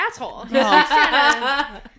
asshole